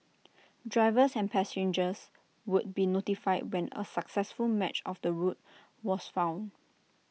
drivers and passengers would be notified when A successful match of the route was found